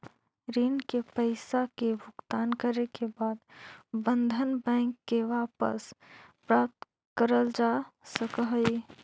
ऋण के पईसा के भुगतान करे के बाद बंधन बैंक से वापस प्राप्त करल जा सकऽ हई